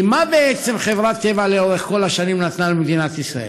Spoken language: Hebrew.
כי מה בעצם חברת טבע לאורך כל השנים נתנה למדינת ישראל?